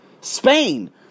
Spain